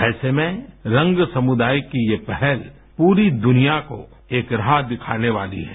ऐसे में रंग समूदाय की ये पहल पूरी दुनिया को एक राह दिखाने वाली है